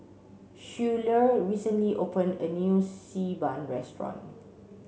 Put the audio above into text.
Schuyler recently opened a new Xi Ban restaurant